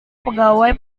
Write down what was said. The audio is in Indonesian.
pegawai